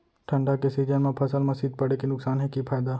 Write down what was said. ठंडा के सीजन मा फसल मा शीत पड़े के नुकसान हे कि फायदा?